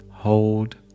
Hold